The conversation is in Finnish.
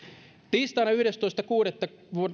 tiistaina yhdestoista kuudetta